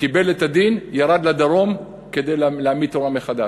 קיבל את הדין, ירד לדרום כדי להעמיד תורה מחדש.